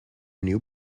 new